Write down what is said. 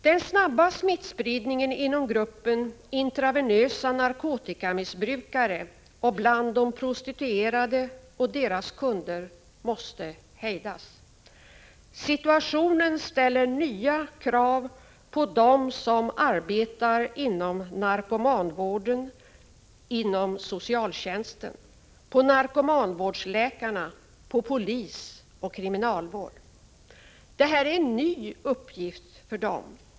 Den snabba smittspridningen inom den grupp av personer som intravenöst missbrukar narkotika och bland de prostituerade och deras kunder måste hejdas. Situationen ställer nya krav på dem som arbetar inom narkomanvården och inom socialtjänsten, på narkomanvårdsläkarna, på polis och kriminalvård. Det här är en ny uppgift för dem.